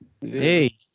Hey